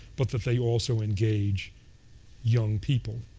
but that they also engage young people.